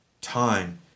TIME